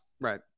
right